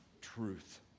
truth